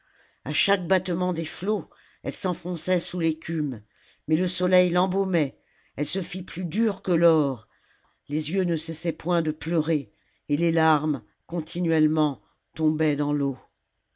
a chaque battement des flots elle s'enfonçait sous l'écume le soleil l'embaumait elle se fit plus dure que l'or les yeux ne cessaient point de pleurer et les larmes continuellement tombaient dans l'eau